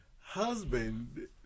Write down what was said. husband